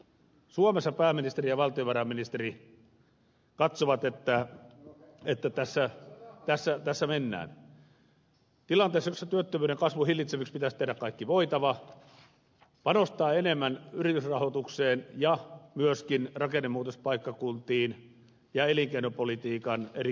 suomessa pääministeri ja valtiovarainministeri katsovat että tässä mennään tilanteessa jossa työttömyyden kasvun hillitsemiseksi pitäisi tehdä kaikki voitava panostaa enemmän yritysrahoitukseen ja myöskin rakennemuutospaikkakuntiin ja elinkeinopolitiikan eri tukitoimiin